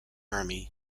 army